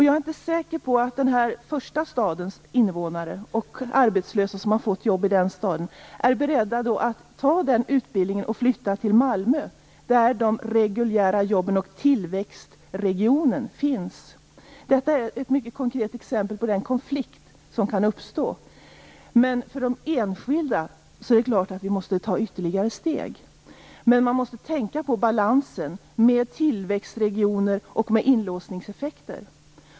Jag är inte säker på att den första stadens invånare och arbetslösa som har fått jobb i den staden är beredda att ta den utbildningen och flytta till Malmö där de reguljära jobben och tillväxtregionen finns. Detta är ett mycket konkret exempel på den konflikt som kan uppstå. Men det är klart att vi måste ta ytterligare steg när det gäller de enskilda. Men man måste tänka på balansen ifråga om tillväxtregioner och inlåsningseffekter.